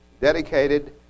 dedicated